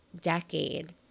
decade